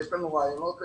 יש לנו רעיונות ופתרונות.